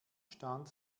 stand